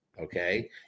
Okay